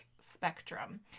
spectrum